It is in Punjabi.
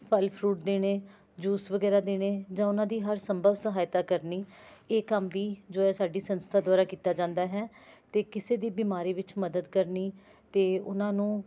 ਫਲ ਫਰੂਟ ਦੇਣੇ ਜੂਸ ਵਗੈਰਾ ਦੇਣੇ ਜਾਂ ਉਹਨਾਂ ਦੀ ਹਰ ਸੰਭਵ ਸਹਾਇਤਾ ਕਰਨੀ ਇਹ ਕੰਮ ਵੀ ਜੋ ਹੈ ਸਾਡੀ ਸੰਸਥਾ ਦੁਆਰਾ ਕੀਤਾ ਜਾਂਦਾ ਹੈ ਅਤੇ ਕਿਸੇ ਦੀ ਬਿਮਾਰੀ ਵਿੱਚ ਮਦਦ ਕਰਨੀ ਅਤੇ ਉਹਨਾਂ ਨੂੰ